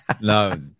no